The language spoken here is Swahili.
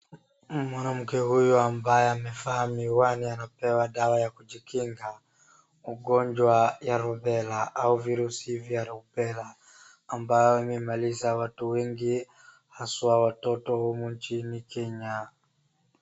Mwanamke huyu ambaye amevaa miwani anapewa dawa ya kujikinga ugonjwa ya rubella au virusi vya rubella ambayo imemaliza watu wengi haswa wototo humu nchini Kenya.